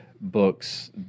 books